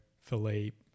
Philippe